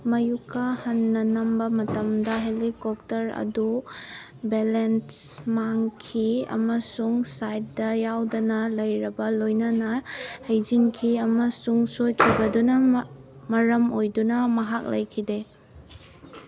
ꯃꯌꯨꯀꯥ ꯍꯟꯅ ꯅꯝꯕ ꯃꯇꯝꯗ ꯍꯦꯂꯤꯀꯣꯞꯇꯔ ꯑꯗꯨ ꯕꯦꯂꯦꯟꯁ ꯃꯥꯡꯈꯤ ꯑꯃꯁꯨꯡ ꯁꯥꯏꯠꯇ ꯌꯥꯎꯗꯅ ꯂꯩꯔꯕ ꯂꯣꯏꯅꯅ ꯍꯩꯖꯤꯟꯈꯤ ꯑꯃꯁꯨꯡ ꯁꯣꯏꯈꯤꯕꯗꯨꯅ ꯃꯔꯝ ꯑꯣꯏꯗꯨꯅ ꯃꯍꯥꯛ ꯂꯩꯈꯤꯗꯦ